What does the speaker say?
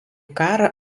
karą